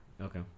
okay